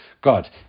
God